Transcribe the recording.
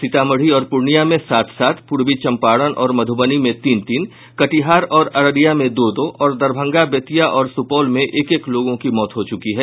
सीतामढ़ी और पूर्णिया में सात सात पूर्वी चंपारण और मुधबनी में तीन तीन कटिहार अररिया में दो दो और दरभंगा बेतिया सुपौल में एक एक लोगों की मौत हो चुकी है